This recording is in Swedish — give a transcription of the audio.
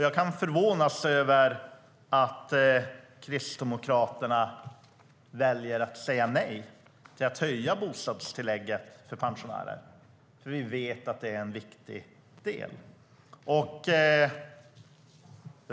Jag kan förvånas över att Kristdemokraterna väljer att säga nej till att höja bostadstillägget för pensionärer. Vi vet att det är en viktig del.